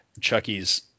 Chucky's